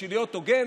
בשביל להיות הוגן,